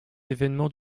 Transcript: événements